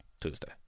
Tuesday